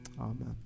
amen